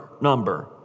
Number